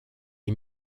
est